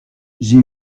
j’ai